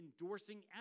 endorsing